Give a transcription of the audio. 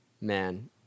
man